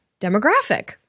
demographic